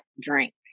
drink